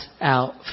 out